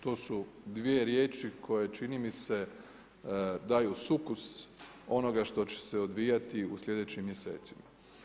To su dvije riječi koje čini mi se daju sukus onoga što će se odvijati u sljedećim mjesecima.